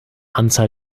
anzahl